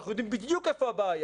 אנחנו יודעים בדיוק איפה הבעיה.